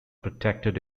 protected